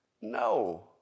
No